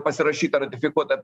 pasirašyta ratifikuota